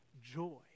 joy